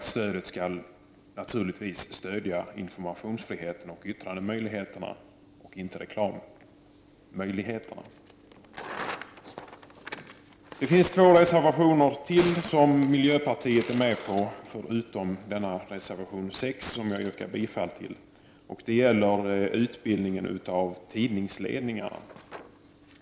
Stödet skall naturligtvis stödja informationsfriheten och yttrandefriheten och inte reklammöjligheterna. Det finns ytterligare två reservationer som miljöpartiet står bakom, förutom reservation 6, som jag härmed yrkar bifall till. Det gäller utbildningen av tidningsledningarna.